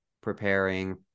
preparing